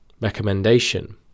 recommendation